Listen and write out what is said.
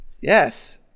Yes